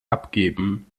abgeben